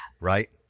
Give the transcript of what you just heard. Right